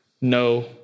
no